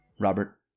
Robert